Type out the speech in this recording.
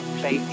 play